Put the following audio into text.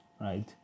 right